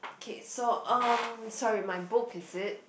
okay so um sorry my book is it